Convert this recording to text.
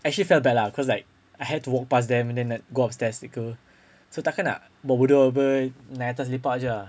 I actually felt bad lah cause like I had to walk past them and then go upstairs begitu takkan nak buat bodoh [pe] naik atas lepak jer ah